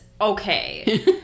Okay